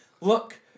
Look